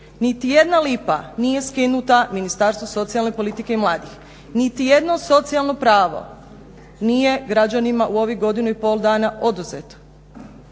niti jedna lipa nije skinuta Ministarstvu socijalne politike i mladih, niti jedno socijalno pravo nije građanima u ovih godinu i pol dana oduzeto.